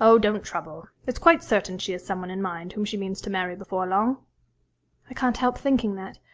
oh, don't trouble. it's quite certain she has someone in mind whom she means to marry before long i can't help thinking that.